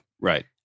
Right